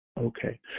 okay